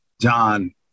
John